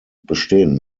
bestehen